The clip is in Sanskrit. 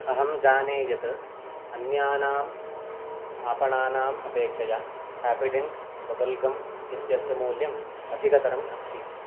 अहं जाने यत् अन्यानाम् आपणानाम् अपेक्षया हापिडेण्ट् बबल् गम् इत्यस्य मूल्यम् अधिकतरम् अस्ति